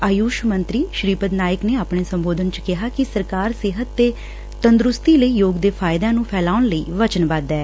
ਆਯੁਸ਼ ਮੰਤਰੀ ਸ੍ਰੀਪਦ ਨਾਇਕ ਨੇ ਆਪਣੇ ਸੰਬੋਧਨ ਚ ਕਿਹਾ ਕਿ ਸਰਕਾਰ ਸਿਹਡ ਡੇ ਤੰਦਰੁਸਤੀ ਲਈ ਯੋਗ ਦੇ ਫਾਈਦਿਆਂ ਨੂੰ ਫੈਲਾਉਣ ਲਈ ਵਚਨਬੱਧ ਐ